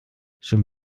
schon